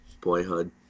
Boyhood